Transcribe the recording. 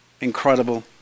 incredible